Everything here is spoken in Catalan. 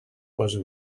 poso